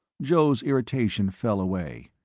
joe's irritation fell away.